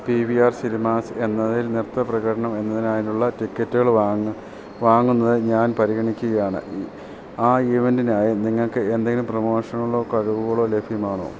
P V R cinemas എന്നതിൽ നൃത്ത പ്രകടനം എന്നതിനായുള്ള ടിക്കറ്റുകൾ വാങ്ങു വാങ്ങുന്നത് ഞാൻ പരിഗണിക്കുകയാണ് ആ ഇവൻ്റിനായി നിങ്ങൾക്ക് എന്തെങ്കിലും പ്രമോഷനുകളോ കിഴിവുകളോ ലഭ്യമാണോ